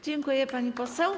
Dziękuję, pani poseł.